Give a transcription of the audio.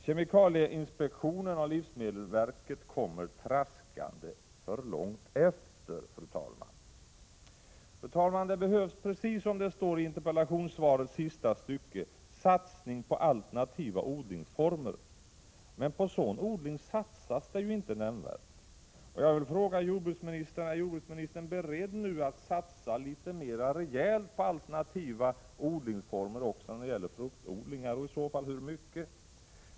Kemikalieinspektionen och livsmedelsverket kommer traskande för långt efter, fru talman! Fru talman! Det behövs, precis som det står i interpellationssvarets sista stycke, satsning på alternativa odlingsformer. Men på sådan odling satsas det inte nämnvärt, och jag vill fråga jordbruksministern om han nu är beredd att satsa litet mer rejält på alternativa odlingsformer också när det gäller fruktodlingar, och i så fall hur mycket?